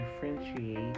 differentiate